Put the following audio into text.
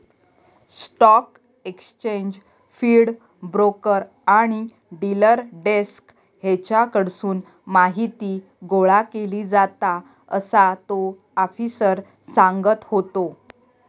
stock exchange feed, broker आणि dealer desk हेच्याकडसून माहीती गोळा केली जाता, असा तो आफिसर सांगत होतो